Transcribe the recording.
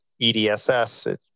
EDSS